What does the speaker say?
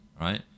right